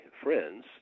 friends